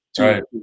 Right